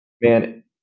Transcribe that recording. man